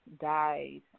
died